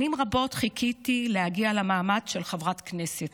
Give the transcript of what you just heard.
שנים רבות חיכיתי להגיע למעמד של חברת כנסת.